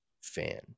fan